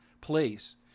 place